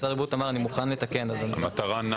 משרד הבריאות אמר אני מוכן לתקן.